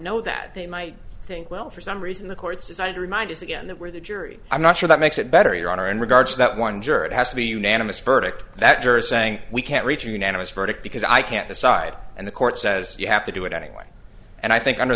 know that they might think well for some reason the court's decided to remind us again that we're the jury i'm not sure that makes it better your honor in regards to that one juror it has to be a unanimous verdict that jurors saying we can't reach a unanimous verdict because i can't decide and the court says you have to do it anyway and i think under